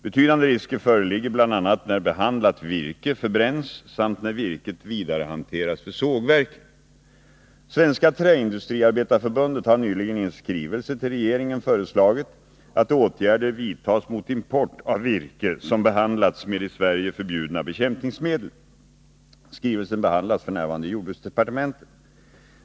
Betydande risker föreligger bl.a. när behandlat virke förbränns samt när virket vidarehanteras vid sågverken. Svenska träindustriarbetareförbundet har nyligen i en skrivelse till regeringen föreslagit att åtgärder vidtas mot import av virke som behandlats med i Sverige förbjudna bekämpningsmedel. Skrivelsen behandlas f.n. i jordbruksdepartementet.